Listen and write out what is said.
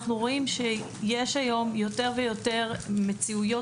אנחנו רואים שיש היום יותר ויותר מציאויות